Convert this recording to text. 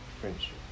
friendship